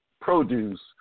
produce